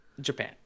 Japan